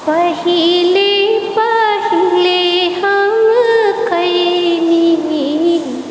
पहिले पहिल हम कइनी